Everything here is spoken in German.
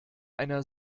einer